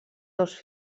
dos